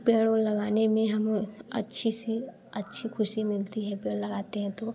पेड़ वेड़ लगाने में हमें अच्छी सी अच्छी खुशी मिलती है पेड़ लगाते हैं तो